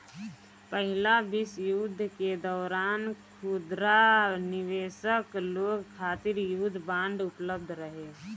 पहिला विश्व युद्ध के दौरान खुदरा निवेशक लोग खातिर युद्ध बांड उपलब्ध रहे